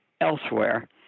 elsewhere